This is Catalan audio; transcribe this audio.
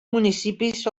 municipis